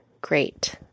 great